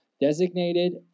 designated